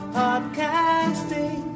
podcasting